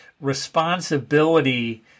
responsibility